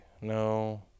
No